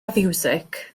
fiwsig